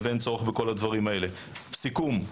לסיכום: